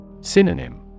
Synonym